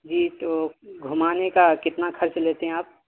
جی تو گھمانے کا کتنا خرچ لیتے ہیں آپ